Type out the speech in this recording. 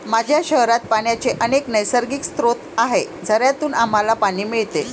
माझ्या शहरात पाण्याचे अनेक नैसर्गिक स्रोत आहेत, झऱ्यांतून आम्हाला पाणी मिळते